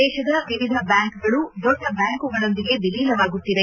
ದೇಶದ ವಿವಿಧ ಬ್ಯಾಂಕ್ಗಳು ದೊಡ್ಡ ಬ್ಯಾಂಕುಗಳೊಂದಿಗೆ ವಿಲೀನವಾಗುತ್ತಿದೆ